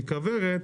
אם היה להם